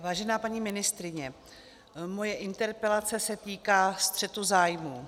Vážená paní ministryně, moje interpelace se týká střetu zájmů.